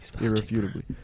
Irrefutably